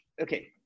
okay